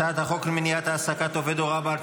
על הצעת החוק מניעת העסקת עובד הוראה בעל